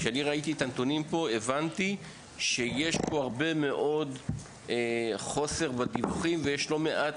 כשראיתי את הנתונים הבנתי שיש פה חוסר גדול מאוד בדיווחים ושיש לא מעט